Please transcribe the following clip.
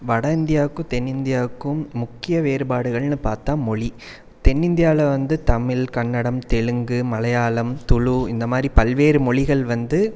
வட இந்தியாவுக்கும் தென்னிந்தியாவுக்கும் முக்கிய வேறுபாடுகள்னு பார்த்தா மொழி தென்னிந்தியாவில் வந்து தமிழ் கன்னடம் தெலுங்கு மலையாளம் துளு இந்தமாதிரி பல்வேறு மொழிகள் வந்து